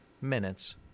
minutes